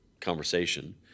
conversation